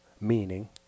Meaning